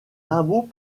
hameau